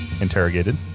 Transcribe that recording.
interrogated